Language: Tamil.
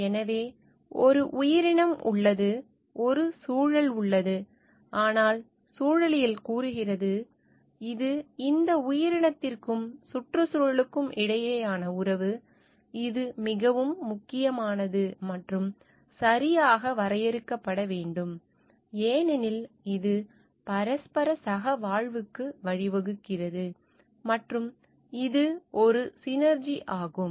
எனவே ஒரு உயிரினம் உள்ளது ஒரு சூழல் உள்ளது ஆனால் சூழலியல் கூறுகிறது இது இந்த உயிரினத்திற்கும் சுற்றுச்சூழலுக்கும் இடையிலான உறவு இது மிகவும் முக்கியமானது மற்றும் சரியாக வரையறுக்கப்பட வேண்டும் ஏனெனில் இது பரஸ்பர சகவாழ்வுக்கு வழிவகுக்கிறது மற்றும்இது ஒரு சினெர்ஜி ஆகும்